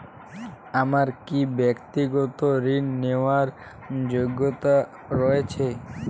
আমার কী ব্যাক্তিগত ঋণ নেওয়ার যোগ্যতা রয়েছে?